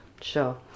sure